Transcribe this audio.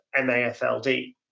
MAFLD